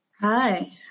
Hi